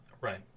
Right